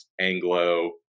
Anglo